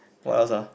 what else ah